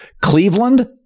Cleveland